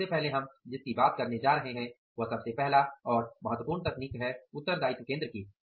यहां सबसे पहले हम जिसकी बात करने जा रहे हैं वह सबसे पहला और महत्वपूर्ण तकनीक है उत्तरदायित्व केंद्र